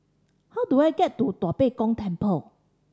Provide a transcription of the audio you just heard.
how do I get to Tua Pek Kong Temple